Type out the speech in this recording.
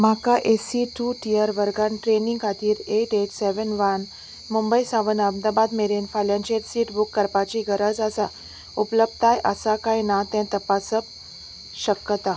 म्हाका AC two tier वर्गांत ट्रेनी खातीर eight eight seven one Mumbai सावन अहमदाबाद मेरेन फाल्यांचेर सीट बूक करपाची गरज आसा उपलब्धताय आसा काय ना तें तपासप शकता